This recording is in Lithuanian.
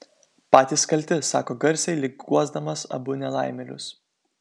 patys kalti sako garsiai lyg guosdamas abu nelaimėlius